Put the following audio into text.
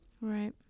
Right